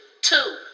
Two